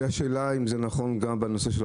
אורי מקלב: זו שאלה גם בעניין הרב-קו.